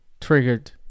triggered